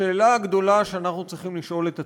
השאלה הגדולה שאנחנו צריכים לשאול את עצמנו,